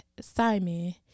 Simon